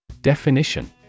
Definition